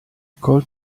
called